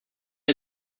乘客